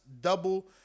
double